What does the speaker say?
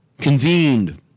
convened